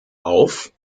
auf